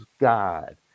God